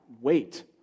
wait